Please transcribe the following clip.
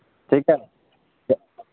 ठीक है